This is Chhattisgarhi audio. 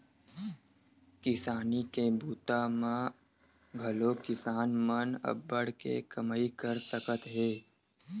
किसानी के बूता म घलोक किसान मन अब्बड़ के कमई कर सकत हे